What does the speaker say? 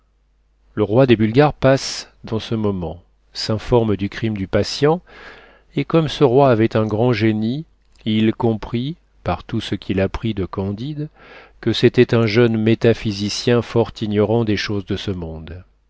le roi des bulgares passe dans ce moment s'informe du crime du patient et comme ce roi avait un grand génie il comprit par tout ce qu'il apprit de candide que c'était un jeune métaphysicien fort ignorant des choses de ce monde